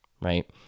right